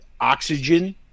Oxygen